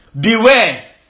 Beware